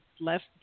left